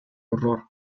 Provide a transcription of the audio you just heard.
horror